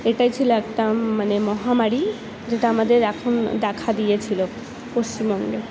এটা ছিল একটা মানে মহামারী যেটা আমাদের এখন দেখা দিয়েছিলো পশ্চিমবঙ্গে